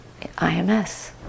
IMS